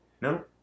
No